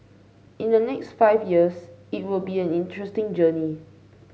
in the next five years it will be an interesting journey